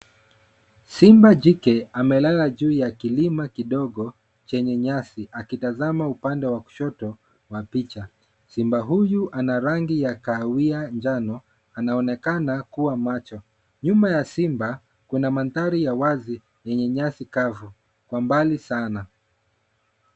Simba jike amelala juu ya kilima kidogo chenye nyasi akitazama upande wa kushoto wa picha. Simba huyu ana rangi ya kahawia njano. Anaonekana kuwa macho. Nyuma ya simba, kuna mandhari ya wazi yenye nyasi kavu kwa mbali sana.